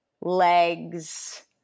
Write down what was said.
legs